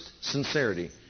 sincerity